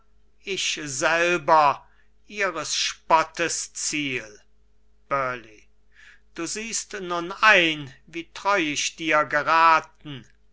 ich selber ihres spottes ziel burleigh du siehst nun ein wie treu ich dir geraten